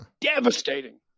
Devastating